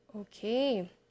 okay